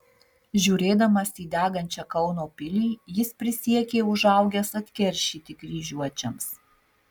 žiūrėdamas į degančią kauno pilį jis prisiekė užaugęs atkeršyti kryžiuočiams